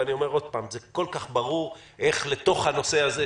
ואני אומר עוד פעם: זה כל כך ברור איך לתוך הנושא הזה,